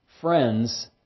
friends